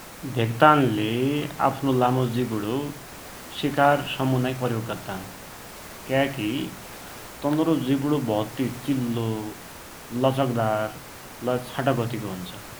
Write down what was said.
भेक्तानले आफ्नो लामो जिबडो शिकार समुनाकी प्रयोग गद्दान । क्याकी तनरो जिबडो भौत्ति चिल्लो, लचकदार लै छाटा गतिको हुन्छ ।